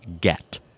get